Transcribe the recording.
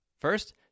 First